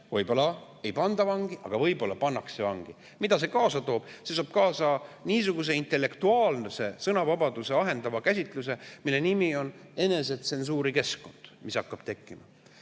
võib-olla ei panda vangi, aga võib-olla pannakse vangi. Mida see kaasa toob? See toob kaasa niisuguse intellektuaalse sõnavabadust ahendava käsitluse, mille nimi on enesetsensuuri keskkond, mis hakkab tekkima.